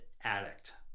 addict